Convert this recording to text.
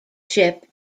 ship